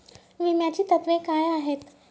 विम्याची तत्वे काय आहेत?